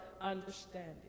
understanding